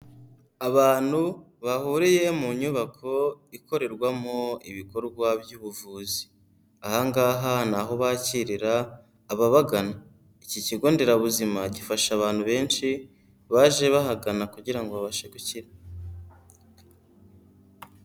Abantu bahuriye mu nyubako ikorerwamo ibikorwa by'ubuvuzi. Ahangaha ni aho bakirira ababagana. Iki kigo nderabuzima gifasha abantu benshi baje bahagana kugira ngo babashe gukira.